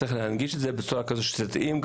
צריך להנגיש בצורה שהיא תתאים,